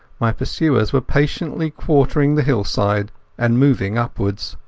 my pursuers were patiently quartering the hillside and moving upwards.